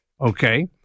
Okay